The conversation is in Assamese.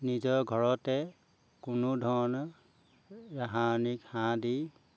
নিজৰ ঘৰতে কোনো ধৰণৰ ৰাসায়নিক সাৰ দি